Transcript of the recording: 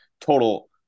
total